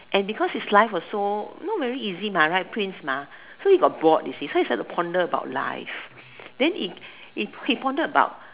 and because his life was so you know very easy right prince so he got bored you see so he decide to ponder about life then he pondered about